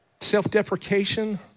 self-deprecation